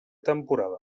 temporada